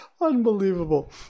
Unbelievable